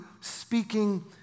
speaking